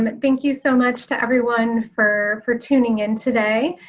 um thank you so much to everyone for for tuning in today.